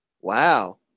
Wow